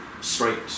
straight